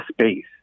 space